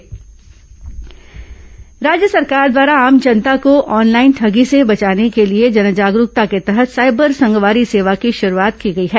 cyber संगवारी सेवा राज्य सरकार द्वारा आम जनता को ऑनलाइन ठगी से बचाने के लिए जन जागरूकता के तहत साइबर संगवारी सेवा की शुरूआत की गई है